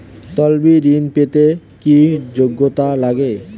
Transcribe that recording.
তলবি ঋন পেতে কি যোগ্যতা লাগে?